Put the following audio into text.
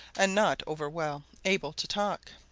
and not over well able to talk.